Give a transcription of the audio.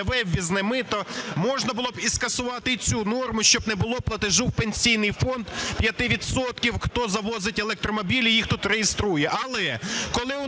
ввізне мито, можна було б і скасувати і цю норму, щоб не було платежу в Пенсійний фонд 5 відсотків, хто завозить електромобілі, їх тут реєструє. Але коли у